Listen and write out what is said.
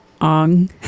ong